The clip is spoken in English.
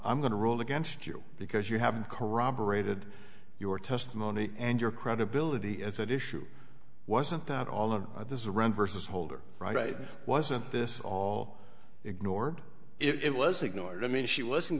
i'm going to rule against you because you haven't corroborated your testimony and your credibility is at issue wasn't that all of this run versus holder right wasn't this all ignored it was ignored i mean she wasn't